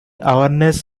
awareness